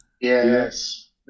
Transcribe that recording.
Yes